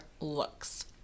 looks